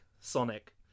Sonic